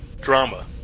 drama